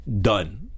done